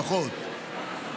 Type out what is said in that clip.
פחות,